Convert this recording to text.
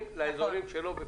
לאזורים שלא בפריסה.